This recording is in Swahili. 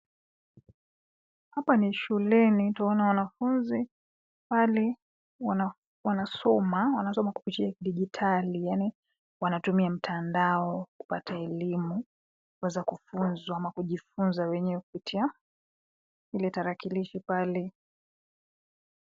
Hapa ni shuleni twaona wanafunzi, pale, wana, wanasoma wanasoma kupitia kidijitali yaani, wanatumia mtandao, kupata elimu, kuweza kufunzwa ama kujifunza wenyewe kupitia, ile tarakilishi pale.